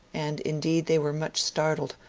and indeed they were much startled,